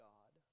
God